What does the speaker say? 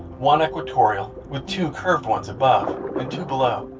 one equatorial with two curved ones above and two below.